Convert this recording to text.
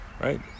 Right